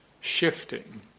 shifting